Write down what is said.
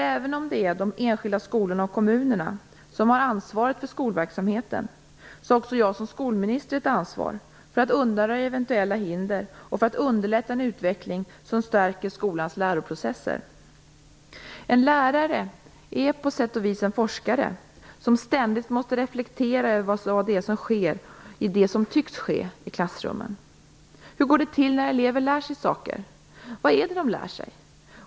Även om det är de enskilda skolorna och kommunerna som har ansvaret för skolverksamheten har också jag som skolminister ett ansvar för att undanröja eventuella hinder och för att underlätta en utveckling som stärker skolans läroprocesser. En lärare är på sätt och vis en forskare som ständigt måste reflektera över vad det är som sker i det som tycks ske i klassrummen. Hur går det till när elever lär sig saker? Vad är det de lär sig?